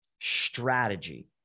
strategy